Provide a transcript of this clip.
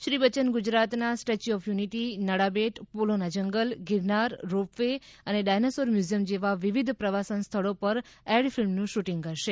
શ્રી બચ્ચન ગુજરાતમનાં statue of unity નાડાબેટપોલોના જંગલ ગિરનાર રોપ વે અને ડાયનાસોર મ્યુઝીયમ જેવા વિવિધ પ્રવાસન સ્થળો પર એડ ફિલ્મનું શૂટીંગ કરશે